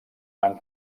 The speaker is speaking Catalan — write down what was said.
van